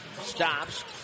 stops